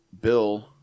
bill